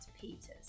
Peters